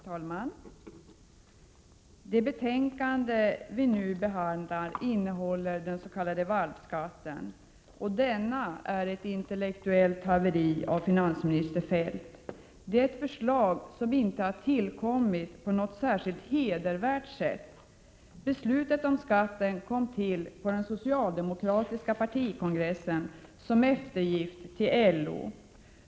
Herr talman! Det betänkande vi nu behandlar innehåller förslaget till den s.k. valpskatten. Denna är ett intellektuellt haveri av finansminister Feldt. Det är ett förslag som inte tillkommit på något särskilt hedervärt sätt. Det kom till på den socialdemokratiska partikongressen som eftergift till LO.